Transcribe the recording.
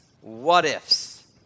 what-ifs